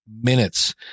minutes